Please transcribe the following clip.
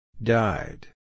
Died